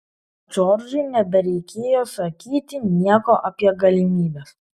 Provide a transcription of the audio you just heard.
džordžui nebereikėjo sakyti nieko apie galimybes